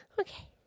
Okay